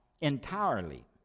entirely